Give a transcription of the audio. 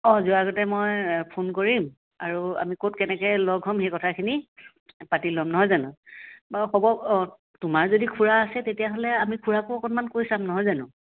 অঁ যোৱাৰ আগতে মই ফোন কৰিম আৰু আমি ক'ত কেনেকৈ লগ হ'ম সেই কথাখিনি পাতি ল'ম নহয় জানো বাৰু হ'ব অঁ তোমাৰ যদি খুৰা আছে তেতিয়াহ'লে আমি খুৰাকো অকণমান কৈ চাম নহয় জানো